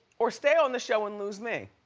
or stay on the show and lose me.